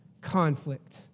conflict